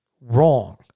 wrong